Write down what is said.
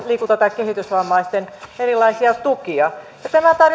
liikunta tai kehitysvammaisten erilaisia tukia tämä